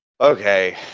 Okay